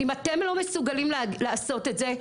אם אתם לא מסוגלים לעשות את זה,